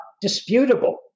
disputable